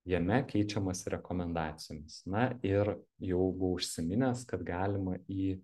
jame keičiamasi rekomendacijomis na ir jau buvau užsiminęs kad galima į